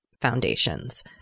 foundations